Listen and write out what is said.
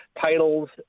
titles